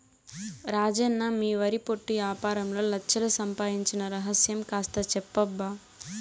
రాజన్న మీ వరి పొట్టు యాపారంలో లచ్ఛలు సంపాయించిన రహస్యం కాస్త చెప్పబ్బా